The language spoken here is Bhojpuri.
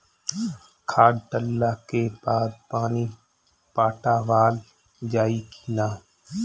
खाद डलला के बाद पानी पाटावाल जाई कि न?